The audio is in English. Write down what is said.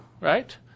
right